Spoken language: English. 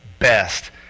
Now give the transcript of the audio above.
best